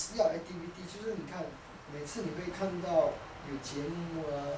ya activity 就是你看每次你会看到有节目 ah